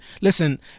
Listen